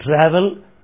travel